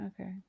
Okay